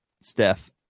Steph